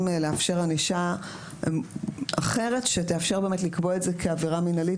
לאפשר ענישה אחרת שתאפשר לקבוע את זה כעבירה מינהלית